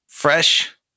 Fresh